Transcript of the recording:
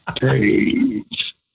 Page